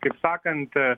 kaip sakant